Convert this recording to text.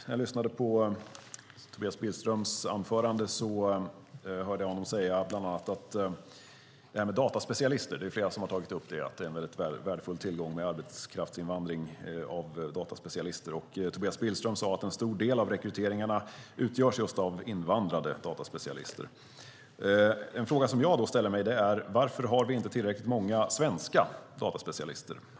När jag lyssnade på Tobias Billströms anförande hörde jag honom säga beträffande dataspecialister - flera har tagit upp att det är en mycket värdefull tillgång med arbetskraftsinvandring av dataspecialister - att en stor del av rekryteringarna utgörs av just invandrade dataspecialister. En fråga som jag då ställer mig är: Varför har vi inte tillräckligt många svenska dataspecialister?